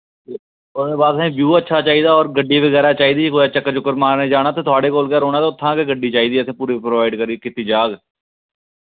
ओह्दे बाद असें व्यू अच्छा चाहिदा और गड्डी बगैरा चाहिदी कुतै चक्कर चुक्कर मारने जाना ते थुआढे़ कोल गै रौह्ना ते उत्थूं गै गड्डी चाहिदी असें पूरी प्रोवाइड करी कीती जाह्ग